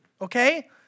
okay